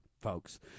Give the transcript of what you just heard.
folks